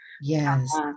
Yes